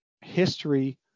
history